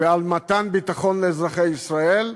ועל מתן ביטחון לאזרחי ישראל,